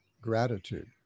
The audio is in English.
gratitude